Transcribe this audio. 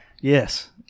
yes